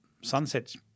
sunsets